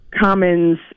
commons